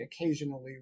occasionally